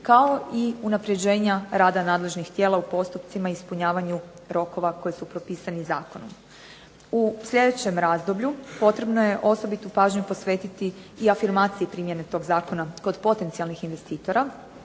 kao i unapređenja rada nadležnih tijela u postupcima i ispunjavanju rokova koji su propisani zakonom. U sljedećem razdoblju potrebno je osobitu pažnju posvetiti i afirmaciji primjene tog zakona kod potencijalnih investitora